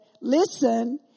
listen